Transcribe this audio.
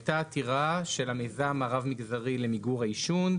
הייתה עתירה של המיזם הרב מגזרי למיגור העישון,